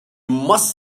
must